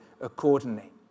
accordingly